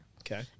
Okay